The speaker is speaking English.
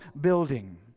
building